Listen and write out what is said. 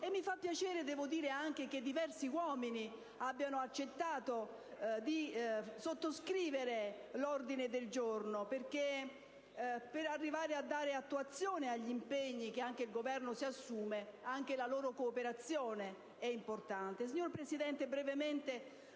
anche piacere che diversi uomini abbiano accettato di sottoscrivere l'ordine del giorno, perché per dare attuazione agli impegni che il Governo si assume anche la loro cooperazione è importante.